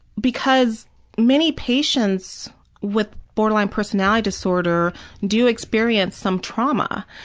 because many patients with borderline personality disorder do experience some trauma,